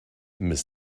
mrs